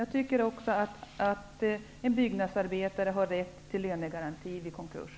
Jag tycker alltså att även en byggnadsarbetare har rätt till lönegaranti vid en konkurs.